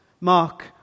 Mark